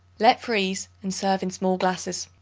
let freeze and serve in small glasses.